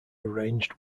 arranged